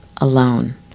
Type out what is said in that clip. alone